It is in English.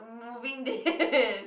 moving this